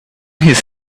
his